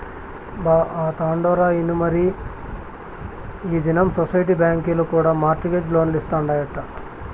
బా, ఆ తండోరా ఇనుమరీ ఈ దినం సొసైటీ బాంకీల కూడా మార్ట్ గేజ్ లోన్లిస్తాదంట